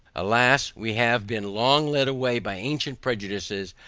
alas, we have been long led away by ancient prejudices,